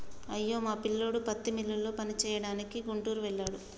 అయ్యో మా పిల్లోడు పత్తి మిల్లులో పనిచేయడానికి గుంటూరు వెళ్ళాడు